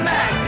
Mac